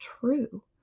true